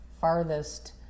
farthest